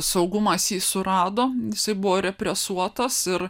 saugumas jį surado jisai buvo represuotas ir